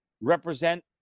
represent